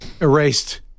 erased